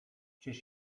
czyż